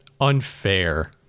unfair